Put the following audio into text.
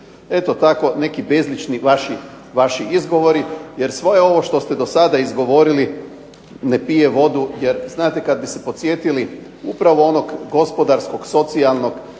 eto tako neki bezlični vaši izgovori, jer svoje ovo što ste do sada izgovorili ne pije vodu, jer znate kad bi se podsjetili upravo onog gospodarskog socijalnog